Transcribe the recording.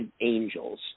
angels